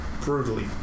brutally